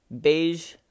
beige